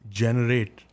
generate